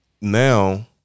Now